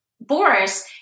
Boris